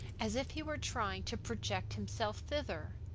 as if he were trying to project himself thither.